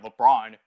LeBron